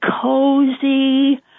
cozy